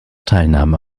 teilnahme